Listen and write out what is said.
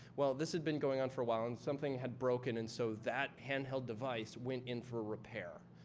well, this had been going on for awhile and something had broken, and so that hand-held device went in for repair.